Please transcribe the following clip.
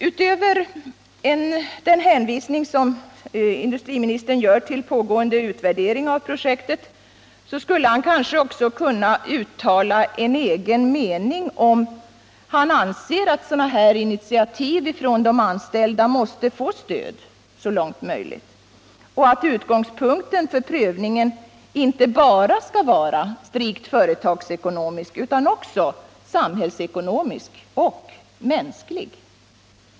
Utöver den hänvisning som industriministern gör till pågående utvärdering av projektet skulle han kanske också kunna uttala en egen mening, om han anser att sådana här initiativ från de anställda måste få stöd så långt det är möjligt och att utgångspunkten för prövningen skall vara inte bara strikt företagsekonomisk utan också samhällsekonomisk och mänsklig.